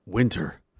Winter